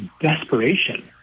desperation